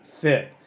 fit